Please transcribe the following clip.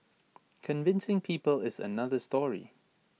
convincing people is another story